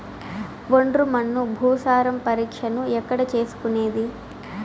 ఒండ్రు మన్ను భూసారం పరీక్షను ఎక్కడ చేసుకునేది?